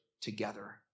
together